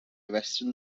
western